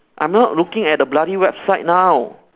I'm not looking at the bloody website now